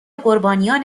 قربانیان